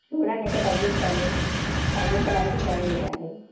చూడండి ఇంకా తగ్గించండి తగ్గించడానికి ట్రై చేయండి